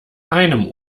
einem